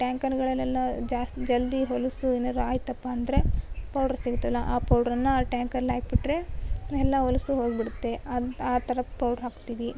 ಟ್ಯಾಂಕರ್ಗಳಲ್ಲೆಲ್ಲ ಜಾಸ್ತಿ ಜಲ್ದಿ ಹೊಲಸು ಏನರು ಆಯಿತಪ್ಪ ಅಂದರೆ ಪೌಡ್ರ್ ಸಿಗುತ್ತಲ ಆ ಪೌಡ್ರನ್ನು ಆ ಟ್ಯಾಂಕಲ್ಲಿ ಹಾಕಿಬಿಟ್ರೆ ಎಲ್ಲ ಹೊಲಸು ಹೋಗ್ಬಿಡುತ್ತೆ ಆ ಆ ಥರ ಪೌಡ್ರ್ ಹಾಕ್ತೀವಿ